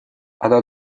она